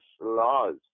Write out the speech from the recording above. laws